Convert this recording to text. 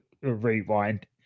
Rewind